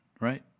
right